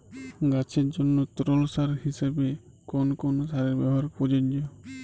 গাছের জন্য তরল সার হিসেবে কোন কোন সারের ব্যাবহার প্রযোজ্য?